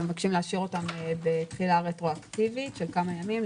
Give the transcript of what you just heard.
מבקשים לאשר אותן בתחילה רטרואקטיבית של כמה ימים.